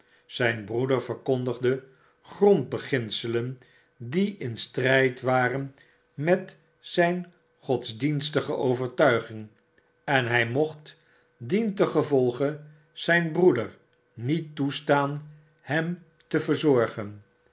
zyri broeder verkondigde grondbeginselen die in stryd waren met zyn godsdienstige overtuiging en hy mocht dientengevolge zyn broeder niet toestaan hem te verp